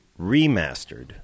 remastered